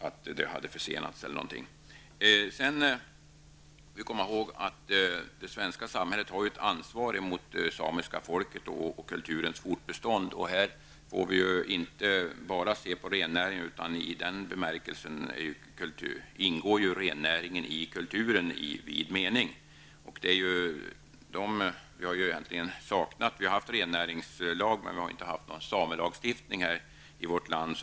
Vi skall komma ihåg att det svenska samhället har ett ansvar för den samiska befolkningen och för den samiska kulturens fortbestånd. Vi får heller inte bara se till rennäringen, utan denna ingår i den samiska kulturen i vid mening. Vi har haft en rennäringslag men inte någon samelagstiftning i vårt land.